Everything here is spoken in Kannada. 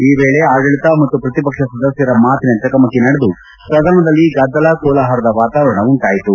ಈ ವೇಳೆ ಆಡಳಿತ ಮತ್ತು ಪ್ರತಿಪಕ್ಷ ಸದಸ್ಥರ ಮಾತಿನ ಚಕಮಕಿ ನಡೆದು ಸದನದಲ್ಲಿ ಗದ್ದಲ ಕೋಲಾಹಲದ ವಾತಾವರಣ ಉಂಟಾಯಿತು